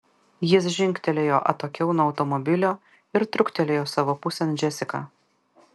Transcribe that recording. jis žingtelėjo atokiau nuo automobilio ir truktelėjo savo pusėn džesiką